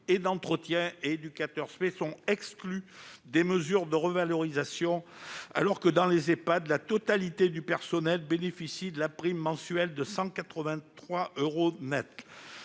et d'entretien et les éducateurs spécialisés sont exclus des mesures de revalorisation, alors que, dans les Ehpad, la totalité du personnel bénéficie de la prime mensuelle de 183 euros net.